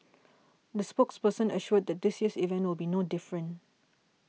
the spokesperson assured that this year's event will be no different